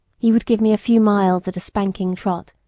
he would give me a few miles at a spanking trot,